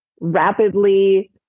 rapidly